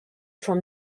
from